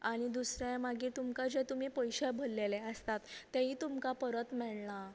आनी दुसरे मागीर तुमकां अशें तुमी पयशे भरलेले आसता तेंय तुमकां परत मेळना